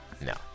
No